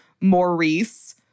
Maurice